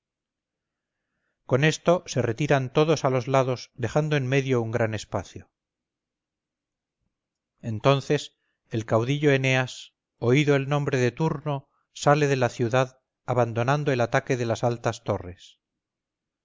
con esto se retiran todos a los lados dejando en medio un gran espacio entonces el caudillo eneas oído el nombre de turno sale de la ciudad abandonando el ataque de las altas torres